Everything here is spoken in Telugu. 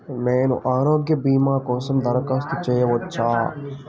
నేను ఆరోగ్య భీమా కోసం దరఖాస్తు చేయవచ్చా?